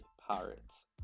Pirates